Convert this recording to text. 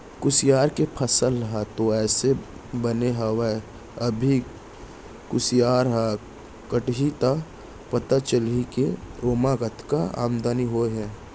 कुसियार के फसल ह तो एसो बने हवय अभी कुसियार ह कटही त पता चलही के ओमा कतका आमदनी होय हे